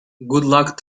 luck